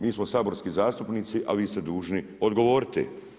Mi smo saborski zastupnici, a vi ste dužni odgovoriti.